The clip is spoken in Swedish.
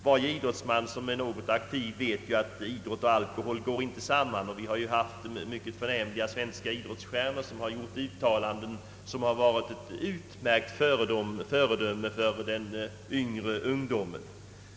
Varje idrottsman som är aktiv vet att idrott och alkohol inte passar ihop. Mycket förnämliga svenska idrottsstjärnor har gjort uttalanden som varit utmärkta föredömen för de yngre.